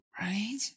Right